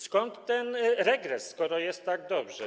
Skąd ten regres, skoro jest tak dobrze?